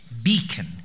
beacon